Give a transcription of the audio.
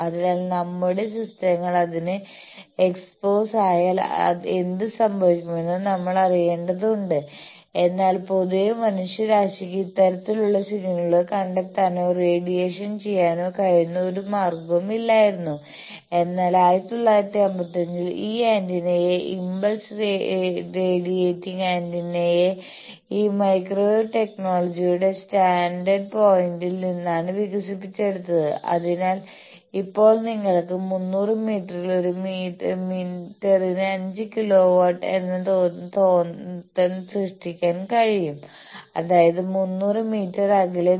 അതിനാൽ നമ്മുടെ സിസ്റ്റങ്ങൾ അതിന് എക്സ്പോസ് ആയാൽ എന്ത് സംഭവിക്കുമെന്ന് നമ്മൾ അറിയേണ്ടതുണ്ട് എന്നാൽ പൊതുവെ മനുഷ്യരാശിക്ക് ഇത്തരത്തിലുള്ള സിഗ്നലുകൾ കണ്ടെത്താനോ റേഡിയേഷൻ ചെയ്യാനോ കഴിയുന്ന ഒരു മാർഗവും ഇല്ലായിരുന്നു എന്നാൽ 1995 ൽ ഈ ആന്റിനയെ ഇംപൾസ് റേഡിയേറ്റിംഗ് ആന്റിനയെ ഈ മൈക്രോവേവ് ടെക്നോളജിയുടെ സ്റ്റാൻഡ് പോയിന്റിൽ നിന്നാണ് വികസിപ്പിച്ചെടുത്തത് അതിനാൽ ഇപ്പോൾ നിങ്ങൾക്ക് 300 മീറ്ററിൽ ഒരു മീറ്ററിന് 5 കിലോ വോൾട്ട് എന്ന തോന്നൽ സൃഷ്ടിക്കാൻ കഴിയും അതായത് 300 മീറ്റർ അകലെ